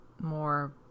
more